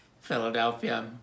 Philadelphia